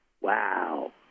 wow